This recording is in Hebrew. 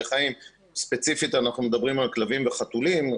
חיים ספציפית אנחנו מדברים על כלבים וחתולים,